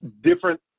different